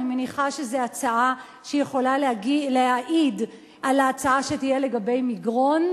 אני מניחה שזו הצעה שיכולה להעיד על ההצעה שתהיה לגבי מגרון.